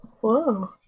Whoa